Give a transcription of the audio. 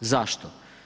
Zašto?